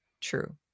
true